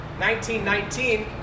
1919